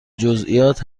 جزییات